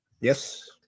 Yes